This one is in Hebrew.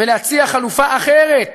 ולהציע חלופה אחרת